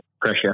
pressure